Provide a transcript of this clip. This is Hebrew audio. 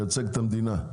הוא מייצג את המדינה.